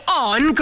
on